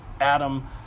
adam